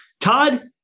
Todd